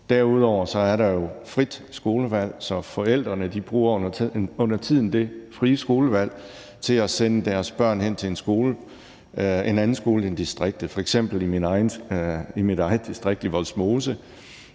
Derudover er der jo frit skolevalg, så forældrene bruger undertiden det frie skolevalg til at sende deres børn hen til en anden skole end i distriktet. Vi blev f.eks. i mit eget distrikt i Vollsmose